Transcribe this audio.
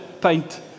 paint